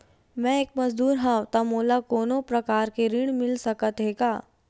मैं एक मजदूर हंव त मोला कोनो प्रकार के ऋण मिल सकत हे का?